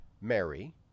Mary